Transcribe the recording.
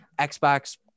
Xbox